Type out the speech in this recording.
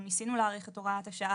אנחנו ניסינו להאריך את הוראת השעה,